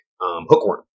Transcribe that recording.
hookworm